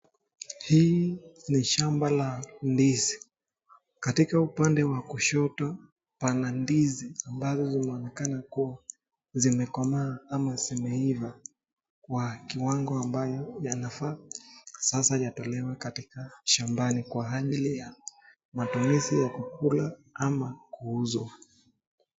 Hii ni shamba la ndizi. Katika upande wa kushoto, pana ndizi ambazo zinaonekana kua zimekomaa ama zimeiva kwa kiwango ambayo vinafaa. Sasa yataliwa katika shambani kwa hali ile ya matumizi ya kula ama kuuzwa.